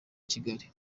kigali